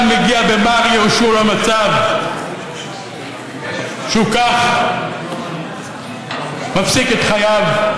מגיע במר ייאושו למצב שהוא כך מפסיק את חייו,